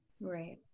Right